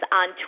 on